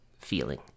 feeling